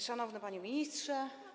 Szanowny Panie Ministrze!